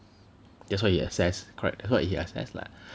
that's what he assessed correct what he assessed lah